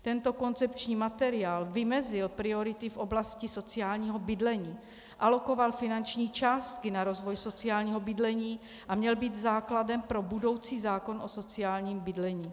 Tento koncepční materiál vymezil priority v oblasti sociálního bydlení, alokoval finanční částky na rozvoj sociálního bydlení a měl být základem pro budoucí zákon o sociálním bydlení.